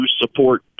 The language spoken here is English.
support